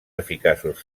eficaços